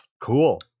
cool